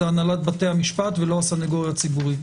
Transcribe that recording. זה הנהלת בתי המשפט ולא הסנגוריה הציבורית.